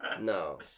No